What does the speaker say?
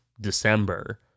December